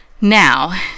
Now